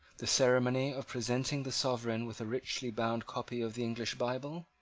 the ceremony of presenting the sovereign with a richly bound copy of the english bible,